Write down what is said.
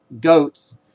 goats